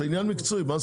זה עניין מקצועי.